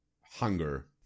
hunger